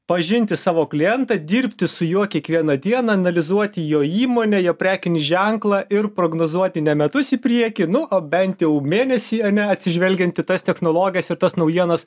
pažinti savo klientą dirbti su juo kiekvieną dieną analizuoti jo įmonę jo prekinį ženklą ir prognozuoti ne metus į priekį nu o bent jau mėnesį ane atsižvelgiant į tas technologijas ir tas naujienas